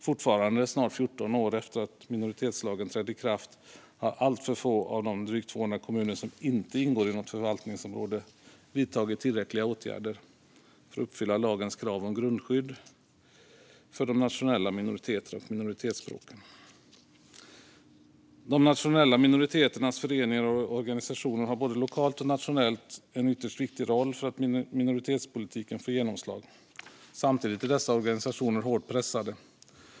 Fortfarande snart 14 år sedan minoritetslagen trädde i kraft har alltför få av de drygt 200 kommuner som inte ingår i ett förvaltningsområde vidtagit tillräckliga åtgärder för att uppfylla lagens krav om grundskydd för de nationella minoriteterna och minoritetsspråken. De nationella minoriteternas föreningar och organisationer har både lokalt och nationellt en ytterst viktig roll för att minoritetspolitiken ska få genomslag. Samtidigt är dessa organisationer hårt pressade.